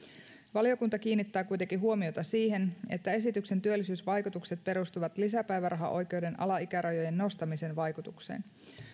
valiokunta kiinnittää kuitenkin huomiota siihen että esityksen työllisyysvaikutukset perustuvat lisäpäivärahaoikeuden alaikärajojen nostamisen vaikutukseen